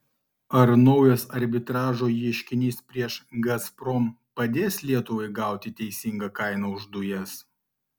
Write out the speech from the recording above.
ar naujas arbitražo ieškinys prieš gazprom padės lietuvai gauti teisingą kainą už dujas